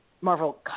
Marvel